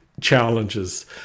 challenges